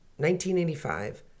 1985